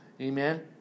amen